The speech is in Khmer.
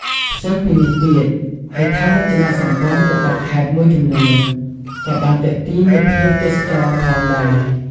ផ្សេងពីនេះទៀត ហេដ្ឋារចនាសម្ព័ន្ធរបស់ខេត្តមួយចំនួនក៏បានទាក់ទាញនូវភ្ញៀវទេសចរផងដែរ។